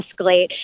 escalate